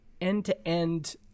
end-to-end